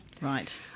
right